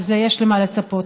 אז יש למה לצפות.